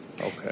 Okay